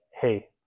hey